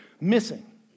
missing